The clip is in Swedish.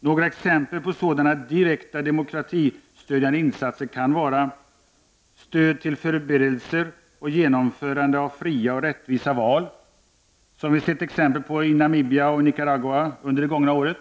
Några exempel på sådana direkta demokratistödjande insatser kan vara stöd till förberedelse och genomförande av fria och rättvisa val, som vi sett exempel på i Namibia och Nicaragua under det gångna året.